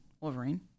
Wolverine